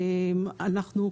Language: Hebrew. אנחנו,